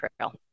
trail